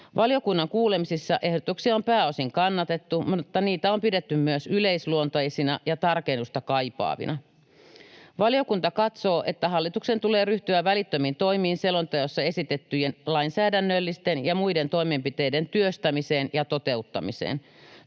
Valiokunnan kuulemisissa ehdotuksia on pääosin kannatettu mutta niitä on pidetty myös yleisluonteisina ja tarkennusta kaipaavina. Valiokunta katsoo, että hallituksen tulee ryhtyä välittömiin toimiin selonteossa esitettyjen lainsäädännöllisten ja muiden toimenpiteiden työstämiseksi ja toteuttamiseksi.